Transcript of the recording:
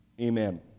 amen